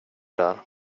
där